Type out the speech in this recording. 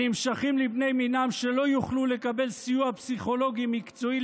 הנמשכים לבני מינם שלא יוכלו לקבל סיוע פסיכולוגי מקצועי